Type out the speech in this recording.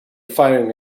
firing